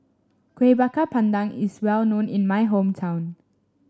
Kueh Bakar Pandan is well known in my hometown